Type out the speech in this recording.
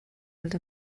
els